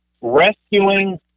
rescuing